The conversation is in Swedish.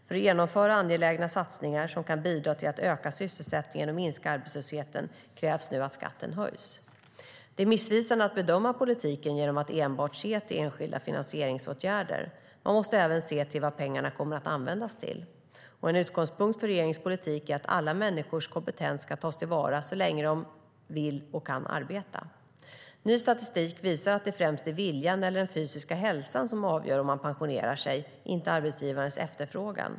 För att genomföra angelägna satsningar som kan bidra till att öka sysselsättningen och minska arbetslösheten krävs nu att skatten höjs. Det är missvisande att bedöma politiken genom att enbart se till enskilda finansieringsåtgärder. Man måste även se till vad pengarna kommer att användas till. En utgångspunkt för regeringens politik är att alla människors kompetens ska tas till vara så länge de vill och kan arbeta. Ny statistik visar att det främst är viljan eller den fysiska hälsan som avgör om man pensionerar sig, inte arbetsgivarens efterfrågan.